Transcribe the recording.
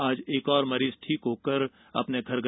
आज एक और मरीज ठीक होकर अपने घर गया